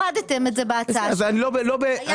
הורדתם את זה בהצעה שלכם.